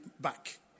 back